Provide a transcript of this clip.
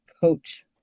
Coach